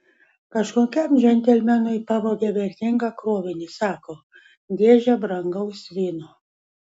kažkokiam džentelmenui pavogė vertingą krovinį sako dėžę brangaus vyno